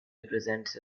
represents